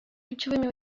ключевыми